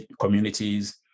communities